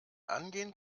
angehen